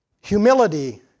humility